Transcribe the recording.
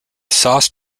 sauce